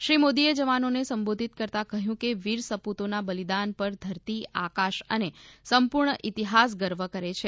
શ્રી મોદીએ જવાનોને સંબોધિત કરતાં કહ્યું કે વીર સપૂતોના બલિદાન પર ધરતી આકાશ અને સંપૂર્ણ ઇતિહાસ ગર્વ કરે છે